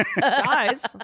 Guys